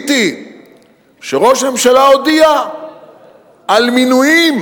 ראיתי שראש הממשלה הודיע על מינויים,